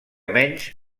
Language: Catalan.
menys